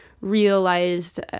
realized